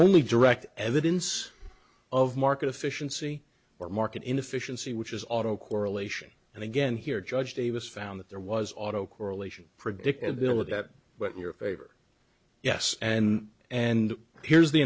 only direct evidence of market efficiency or market inefficiency which is auto correlation and again here judge davis found that there was auto correlation predictability that what your favor yes and and here's the